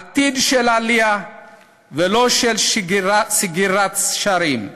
עתיד של עלייה ולא של סגירת שערים.